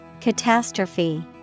Catastrophe